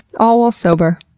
all while sober.